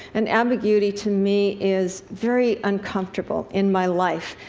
and ambiguity, to me, is very uncomfortable in my life,